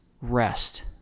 rest